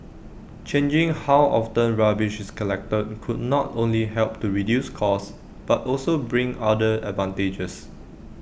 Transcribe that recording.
changing how often rubbish is collected could not only help to reduce costs but also bring other advantages